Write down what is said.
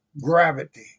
gravity